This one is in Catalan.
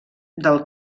del